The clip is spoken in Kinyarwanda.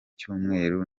cyumweru